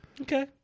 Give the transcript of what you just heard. Okay